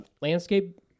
landscape